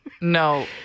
No